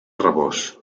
rabós